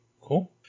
Cool